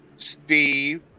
Steve